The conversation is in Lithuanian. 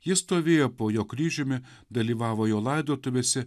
ji stovėjo po jo kryžiumi dalyvavo jo laidotuvėse